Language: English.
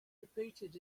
repeated